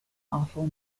awful